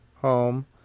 home